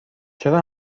چرا